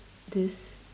this